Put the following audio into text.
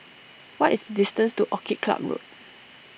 what is the distance to Orchid Club Road